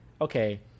okay